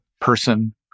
person